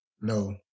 No